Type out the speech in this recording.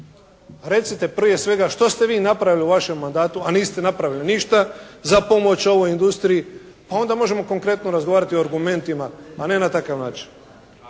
Recite prije svega što ste vi napravili u vašem mandatu a niste napravili ništa za pomoć ovoj industriji pa onda možemo konkretno razgovarati o argumentima a ne na takav način.